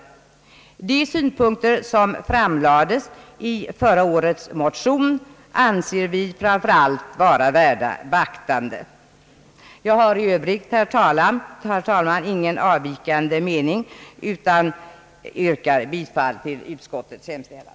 Framför allt anser vi de synpunkter som framlades i föregående års motion i denna fråga vara värda beaktande. Herr talman! Jag har i övrigt ingen avvikande mening utan yrkar bifall till utskoitets hemställan.